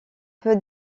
peu